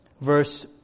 Verse